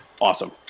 awesome